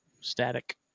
static